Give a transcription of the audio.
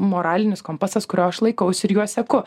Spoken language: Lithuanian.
moralinis kompasas kurio aš laikausi ir juo seku